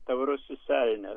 taurusis elnias